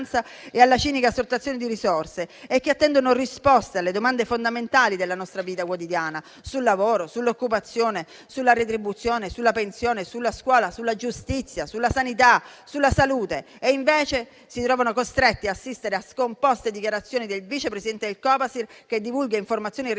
e alla cinica sottrazione di risorse. I cittadini attendono risposte alle domande fondamentali della nostra vita quotidiana: sul lavoro, sull'occupazione, sulla retribuzione, sulla pensione, sulla scuola, sulla giustizia, sulla sanità, sulla salute. Invece, si trovano costretti a assistere a scomposte dichiarazioni del Vice Presidente del Copasir che divulga informazioni riservate